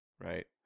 Right